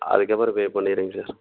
அதற்கப்பறம் பே பண்ணிவிடுங்க சார்